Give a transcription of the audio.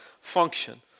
function